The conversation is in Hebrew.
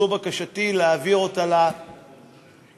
זו בקשתי, להעביר אותה, למה?